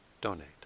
donate